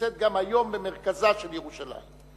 ונמצאת גם היום במרכזה של ירושלים.